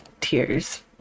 tears